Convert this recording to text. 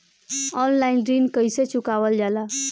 Online ऋण कईसे चुकावल जाला?